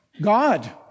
God